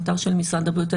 לאתר של משרד הבריאות,